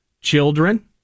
children